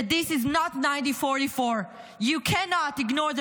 that this is not 1944. You cannot ignore the